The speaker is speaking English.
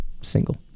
Single